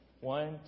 One